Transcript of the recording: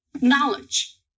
knowledge